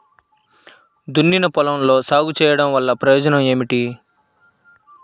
దున్నిన పొలంలో సాగు చేయడం వల్ల ప్రయోజనం ఏమిటి?